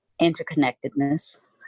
interconnectedness